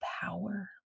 power